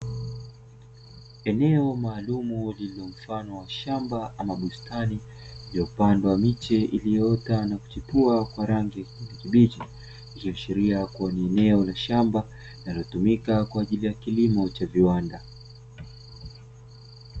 Eneo maalumu lililo mfano wa shamba ama bustani iliyopandwa miche iliyoota na kuchipua kwa rangi ya kijani kibichi, ikiashiria kuwa ni eneo la shamba linalotumika kwa ajili ya kilimo cha viwanda.